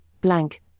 blank